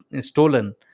stolen